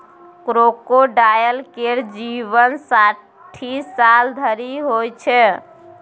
crocodile केर जीबन साठि साल धरि होइ छै